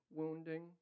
wounding